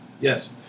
Yes